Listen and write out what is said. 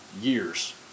years